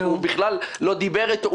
הוא בכלל לא דיבר איתו,